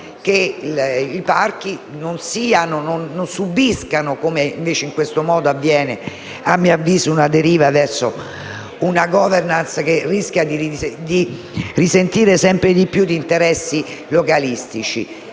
che i parchi non subissero, come invece in questo modo avviene, una deriva verso una *governance* che rischia di risentire sempre di più di interessi localistici.